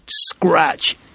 scratch